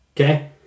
Okay